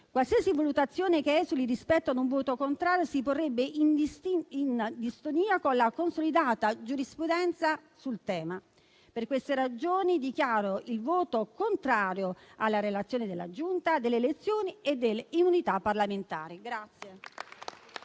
Qualsiasi valutazione che esuli rispetto ad un voto contrario si porrebbe in distonia con la consolidata giurisprudenza sul tema. Per queste ragioni dichiaro il voto contrario alla relazione della Giunta delle elezioni e delle immunità parlamentari.